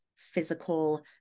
physical